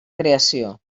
creació